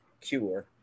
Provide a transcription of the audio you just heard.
cure